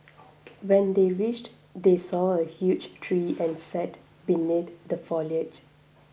when they reached they saw a huge tree and sat beneath the foliage